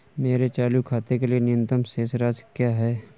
मेरे चालू खाते के लिए न्यूनतम शेष राशि क्या है?